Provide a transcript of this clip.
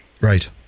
Right